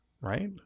right